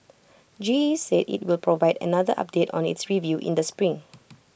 G E said IT will provide another update on its review in the spring